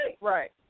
Right